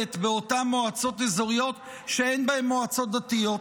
העובדת באותן מועצות אזוריות שאין בהן מועצות דתיות.